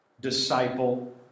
Disciple